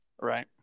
right